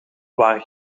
waar